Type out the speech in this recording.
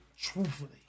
truthfully